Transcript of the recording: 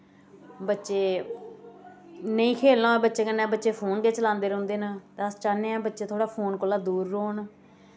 बच्चे नेईं खेल्लना होऐ बच्चें कन्नै बच्चे फोन गै चलांदे रौहंदे न अस चाह्न्ने आं बच्चे थोह्ड़ा फोन कोला दूर रौह्न